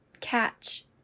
catch